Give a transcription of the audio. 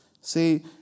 See